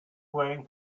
playing